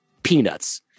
peanuts